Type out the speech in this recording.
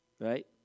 right